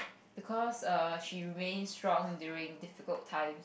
because err she reigns strong during difficult times